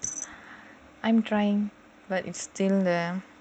I'm trying but it's still there